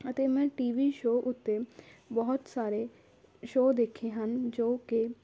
ਅਤੇ ਮੈਂ TV show ਉੱਤੇ ਬਹੁਤ ਸਾਰੇ ਸ਼ੋਅ ਦੇਖੇ ਹਨ ਜੋ ਕਿ